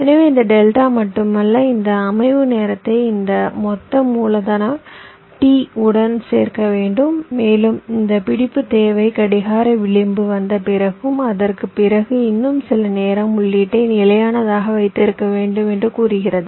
எனவே இந்த டெல்டா மட்டுமல்ல இந்த அமைவு நேரத்தை இந்த மொத்த மூலதன T உடன் சேர்க்க வேண்டும் மேலும் இந்த பிடிப்புத் தேவை கடிகார விளிம்பு வந்த பிறகும் அதற்குப் பிறகு இன்னும் சில நேரம் உள்ளீட்டை நிலையானதாக வைத்திருக்க வேண்டும் என்று கூறுகிறது